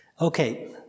Okay